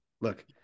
Look